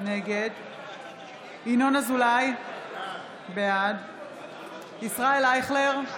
נגד ינון אזולאי, בעד ישראל אייכלר,